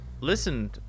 listen